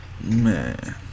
Man